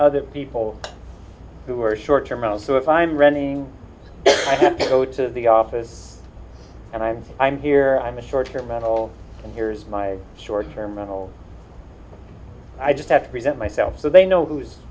other people who are short term loans so if i'm renting go to the office and i'm i'm here i'm a short term mental in here is my short term mental i just have to present myself so they know who's